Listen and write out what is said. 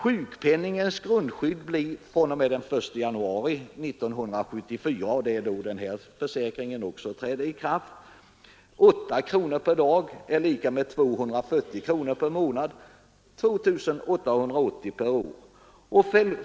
Sjukpenningens grundskydd blir fr.o.m. den 1 januari 1974, då en höjning träder i kraft, 8 kronor per dag eller 240 kronor per månad, vilket gör 2 880 kronor per år.